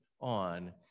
on